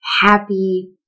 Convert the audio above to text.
happy